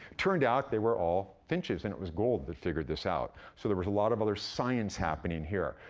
turned out they were all finches and it was gould that figured this out, so there was a lot of other science happening here.